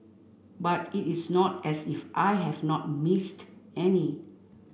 but it is not as if I have not missed any